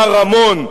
מר רמון,